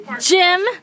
Jim